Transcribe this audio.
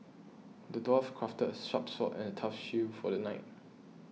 the dwarf crafted a sharp sword and a tough shield for the knight